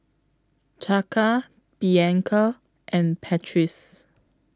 Chaka Bianca and Patrice